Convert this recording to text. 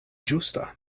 ĝusta